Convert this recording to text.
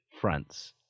France